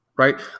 Right